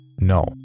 no